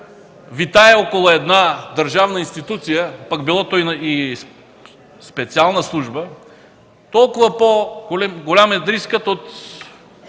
витае около една държавна институция, пък била тя и специална служба, толкова по-голям е рискът от